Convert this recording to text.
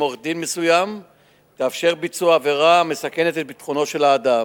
עורך-דין מסוים תאפשר ביצוע עבירה המסכנת את ביטחונו של אדם,